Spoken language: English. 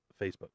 Facebook